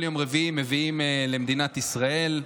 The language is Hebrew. יום רביעי אתם מביאים למדינת ישראל.